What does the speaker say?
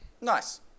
Nice